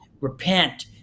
repent